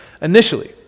initially